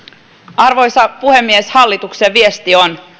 arvoisa puhemies hallituksen viesti on